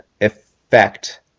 effect